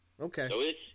Okay